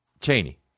cheney